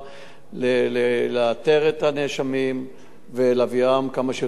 לאתר את הנאשמים ולהביאם כמה שיותר מהר לדין,